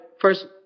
first